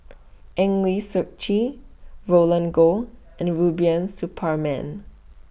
Eng Lee Seok Chee Roland Goh and Rubiah Suparman